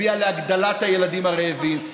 הביאה להגדלת מספר הילדים הרעבים,